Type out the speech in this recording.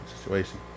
situation